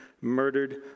murdered